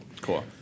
Cool